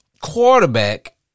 quarterback